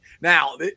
Now